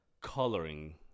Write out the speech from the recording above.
coloring